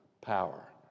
power